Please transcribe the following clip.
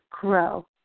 grow